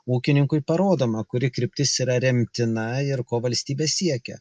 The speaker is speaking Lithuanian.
ūkininkui parodoma kuri kryptis yra remtina ir ko valstybė siekia